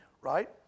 right